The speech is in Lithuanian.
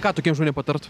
ką tokiem žmonėm patart